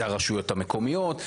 זה הרשויות המקומיות,